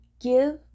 give